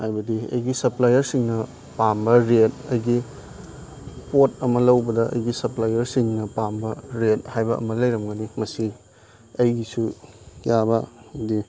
ꯍꯥꯏꯕꯗꯤ ꯑꯩꯒꯤ ꯁꯞꯄ꯭ꯂꯥꯏꯌꯔꯁꯤꯡꯅ ꯄꯥꯝꯕ ꯔꯦꯠ ꯑꯩꯒꯤ ꯄꯣꯠ ꯑꯃ ꯂꯧꯕꯗ ꯑꯩꯒꯤ ꯁꯞꯄ꯭ꯂꯥꯏꯌꯔꯁꯤꯡꯅ ꯄꯥꯝꯕ ꯔꯦꯠ ꯍꯥꯏꯕ ꯑꯃ ꯂꯩꯔꯝꯒꯅꯤ ꯃꯁꯤ ꯑꯩꯒꯤꯁꯨ ꯌꯥꯕ ꯍꯥꯏꯗꯤ